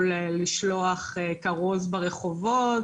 או לשלוח כרוז ברחובות,